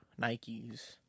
Nikes